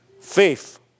Faith